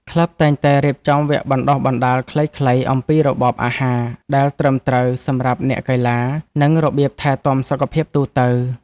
ក្លឹបតែងតែរៀបចំវគ្គបណ្ដុះបណ្ដាលខ្លីៗអំពីរបបអាហារដែលត្រឹមត្រូវសម្រាប់អ្នកកីឡា និងរបៀបថែទាំសុខភាពទូទៅ។